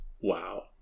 wow